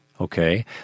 okay